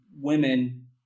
women